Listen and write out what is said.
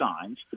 signs